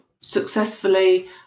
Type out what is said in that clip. successfully